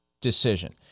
decision